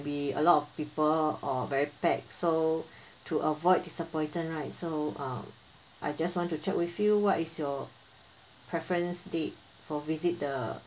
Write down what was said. be a lot of people or very packed so to avoid disappointed right so uh I just want to check with you what is your preference date for visit the